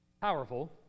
powerful